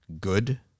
good